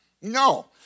No